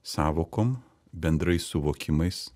sąvokom bendrais suvokimais